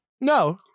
No